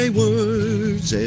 words